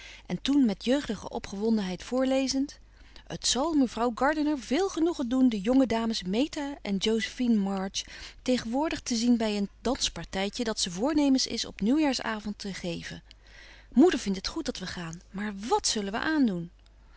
en toen met jeugdige opgewondenheid voorlezend het zal mevrouw gardiner veel genoegen doen de jonge dames meta en josephina march tegenwoordig te zien bij een danspartijtje dat ze voornemens is op nieuwjaarsavond te geven moeder vindt het goed dat wij gaan maar wat zullen we aandoen